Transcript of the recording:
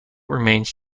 remains